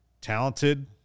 talented